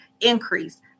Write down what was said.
increase